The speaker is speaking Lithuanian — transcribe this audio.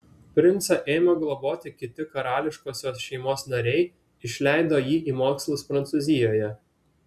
princą ėmė globoti kiti karališkosios šeimos nariai išleido jį į mokslus prancūzijoje